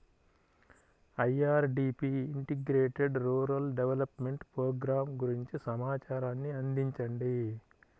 IRDP integrated rural development programme గురించి సమాచారాన్ని అందించండి?